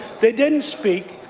they didn't speak,